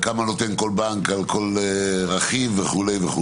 כמה נותן כל בנק על כל רכיב וכו'.